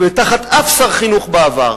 ותחת אף שר חינוך בעבר,